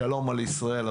ושלום על ישראל.